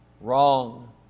wrong